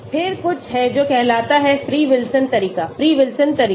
Activity k1X1 k2X2 knXn Z फिर कुछहै जो कहलाता है फ्री विल्सन तरीका फ्री विल्सन तरीका